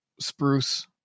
spruce